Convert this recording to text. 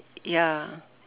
ya